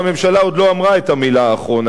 והממשלה עוד לא אמרה את המלה האחרונה,